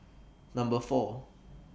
Number four